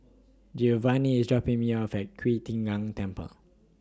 Giovanny IS dropping Me off At Qi Tian Gong Temple